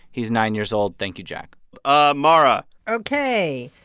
he's nine years old. thank you, jack ah mara ok.